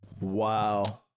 wow